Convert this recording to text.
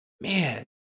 man